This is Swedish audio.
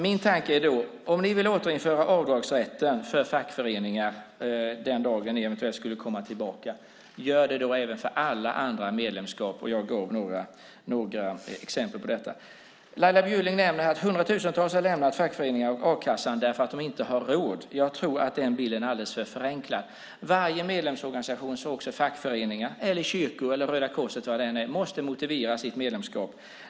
Min tanke är att om ni vill återinföra avdragsrätten för fackföreningar den dag ni eventuellt skulle komma tillbaka till makten, gör det då även för alla andra medlemskap! Jag gav några exempel på detta. Laila Bjurling nämner att hundratusentals har lämnat fackföreningar och a-kassa därför att de inte har råd. Jag tror att den bilden är alldeles för förenklad. Varje medlemsorganisation, så också fackföreningar, kyrkor, Röda Korset eller vad det än är, måste motivera för ett medlemskap.